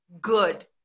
good